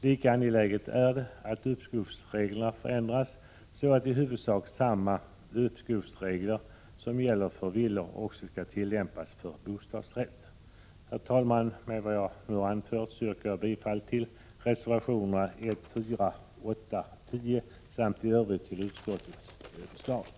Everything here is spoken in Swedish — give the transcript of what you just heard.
Lika angeläget är det att uppskovsreglerna förändras så, att i huvudsak samma uppskovsregler som de som gäller för villor också skall tillämpas för bostadsrätter. Herr talman! Med vad jag nu har anfört yrkar jag bifall till reservationerna 1, 4, 8 och 10 samt till utskottets hemställan i övrigt.